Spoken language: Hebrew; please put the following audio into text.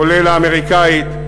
כולל האמריקנית,